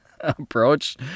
approach